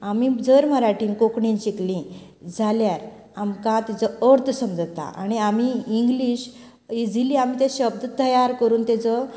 आमी जर मराठीन कोंकणीन शिकली जाल्यार आमकां तेचो अर्थ समजता आनी आमी इंग्लिश इझिली आमी तें शब्द तयार करून तेचो